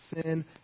sin